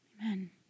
Amen